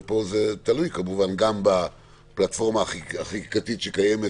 ופה זה תלוי כמובן גם בפלטפורמה החקיקתית שקיימת